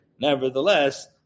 nevertheless